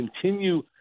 continue